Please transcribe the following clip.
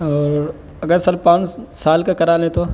اور اگر سر پانچ سال کا کرا لیں تو